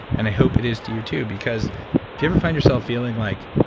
and i hope it is to you too, because if you ever find yourself feeling like,